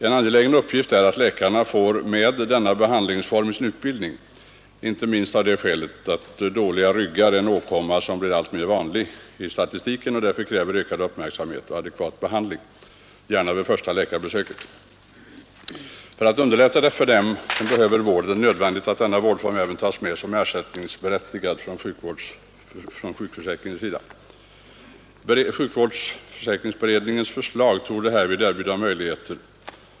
En angelägen uppgift är att läkarna fir med denna behandlingsform i sin utbildning, inte minst av det skälet att dålig rygg är en åkomma som blir alltmer vanlig i statistiken och därför kräver ökad uppmärksamhet och adekvat behandling, gärna vid första läkarbesöket. För att underlätta för dem som behöver vård är det nödvändigt att denna vårdform tas med som ersättningsberättigad från sjukförsäkringen. Sjukförsäkringsutredningens förslag torde härvid erbjuda möjligheter.